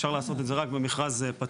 אפשר לעשות את זה רק במכרז פתוח,